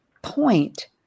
point